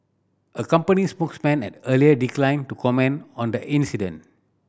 a company spokesman had earlier declined to comment on the incident